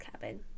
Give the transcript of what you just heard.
cabin